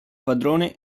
padrone